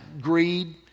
greed